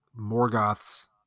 Morgoth's